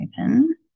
open